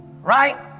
right